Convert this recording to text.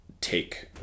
take